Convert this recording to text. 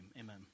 amen